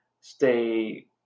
stay